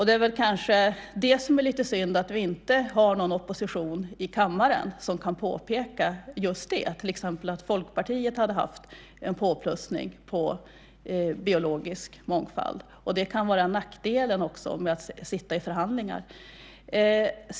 Det är kanske lite synd att vi inte har någon opposition i kammaren som kan påpeka just det - till exempel att Folkpartiet hade haft en påplussning på biologisk mångfald. Det kan vara nackdelen med att sitta i förhandlingar.